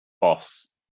boss